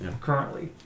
currently